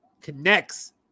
connects